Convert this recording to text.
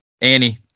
Annie